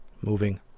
moving